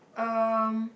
um